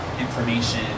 information